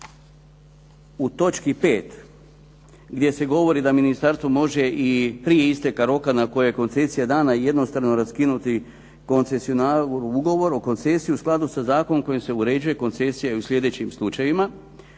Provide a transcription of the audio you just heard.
u točki 5. gdje se govori da ministarstvo može i prije isteka roka na koje je koncesija dana jednostavno raskinuti koncesionaru ugovor o koncesiju u skladu sa zakonom koji se uređuje koncesija i u slijedećim slučajevima.